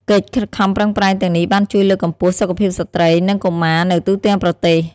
កិច្ចខិតខំប្រឹងប្រែងទាំងនេះបានជួយលើកកម្ពស់សុខភាពស្ត្រី និងកុមារនៅទូទាំងប្រទេស។